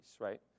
right